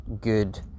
good